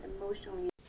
emotionally